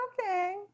Okay